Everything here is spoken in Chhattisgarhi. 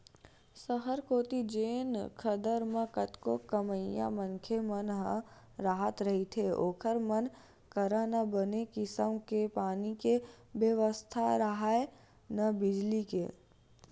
सहर कोती जेन खदर म कतको कमइया मनखे मन ह राहत रहिथे ओखर मन करा न बने किसम के पानी के बेवस्था राहय, न बिजली के